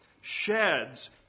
sheds